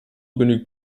genügt